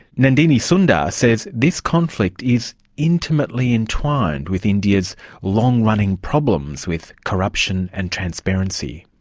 nandini sundar says this conflict is intimately entwined with india's long-running problems with corruption and transparency.